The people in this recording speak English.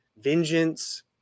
vengeance